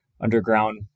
underground